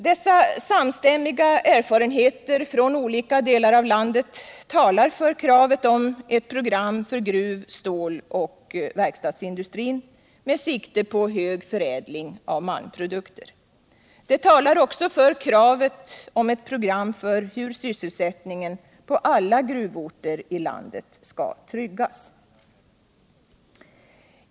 Dessa samstämmiga erfarenheter från olika delar av landet talar för kravet på ett program för gruv-, ståloch verkstadsindustrin med sikte på hög förädling av malmprodukter. De talar också för kravet på ett program för hur sysselsättningen på alla gruvorter i landet skall tryggas.